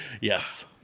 Yes